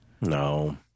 No